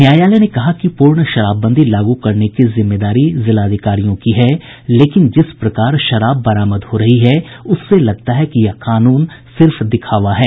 न्यायालय ने कहा कि पूर्ण शराबबंदी लागू करने की जिम्मेदारी जिलाधिकारियों की है लेकिन जिस प्रकार शराब बरामद हो रही है उससे लगता है कि यह कानून सिर्फ दिखावा है